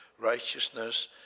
righteousness